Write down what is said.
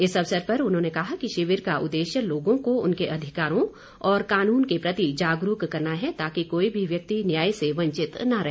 इस अवसर पर उन्होंने कहा कि शिविर का उद्देश्य लोगों को उनके अधिकारों और कानून के प्रति जागरूक करना है ताकि कोई भी व्यक्ति न्याय से वंचित न रहे